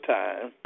time